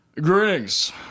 Greetings